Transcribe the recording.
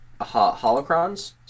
holocrons